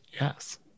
Yes